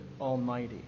Almighty